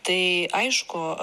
tai aišku